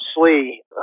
Slee